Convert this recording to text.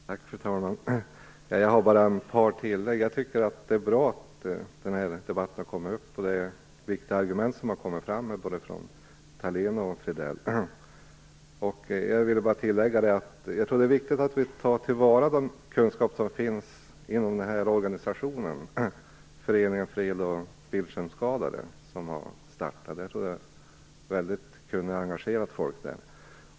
Fru talman! Jag har bara ett par tillägg. Jag tycker att det är bra att den här debatten har tagits upp. Det har kommit fram viktiga argument från både Ingela Jag tror att det viktigt att vi tar till vara de kunskaper som finns inom organisationen Föreningen för el och bildskärmsskadade som nu har startats. Det är väldigt kunnigt och engagerat folk med där.